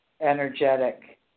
energetic